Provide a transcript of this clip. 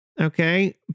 Okay